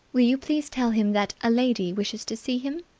will you please tell him that a lady wishes to see him?